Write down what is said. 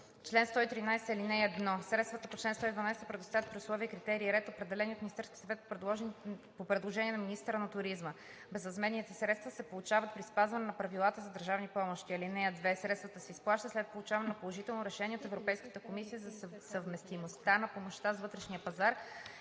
Чл. 113. (1) Средствата по чл. 112 се предоставят при условия, критерии и ред, определени от Министерския съвет по предложение на министъра на туризма. Безвъзмездните средства се получават при спазване на правилата за държавни помощи. (2) Средствата се изплащат след получаването на положително решение от Европейската комисия за съвместимостта на помощта с вътрешния пазар